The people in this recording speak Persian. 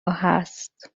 هست